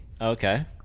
Okay